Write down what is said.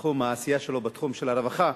בתחום העשייה שלו, בתחום של הרווחה.